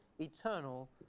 eternal